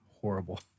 horrible